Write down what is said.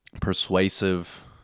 persuasive